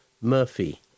Murphy